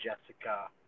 Jessica